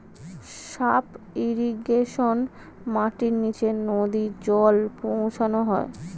sub irrigation মাটির নিচে নদী জল পৌঁছানো হয়